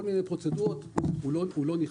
כל מיני פרוצדורות הוא לא נכנס.